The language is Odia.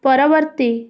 ପରବର୍ତ୍ତୀ